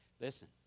listen